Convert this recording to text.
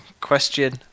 question